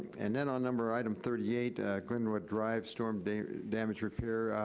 and then on number item thirty eight glenwood drive storm damage repair,